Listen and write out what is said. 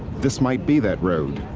this might be that road.